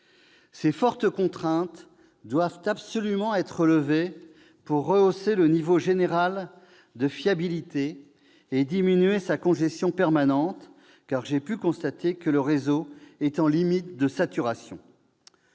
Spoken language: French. Ses fortes contraintes doivent absolument être levées pour rehausser le niveau général de fiabilité et diminuer sa congestion permanente, car j'ai pu constater que le réseau est en limite de saturation.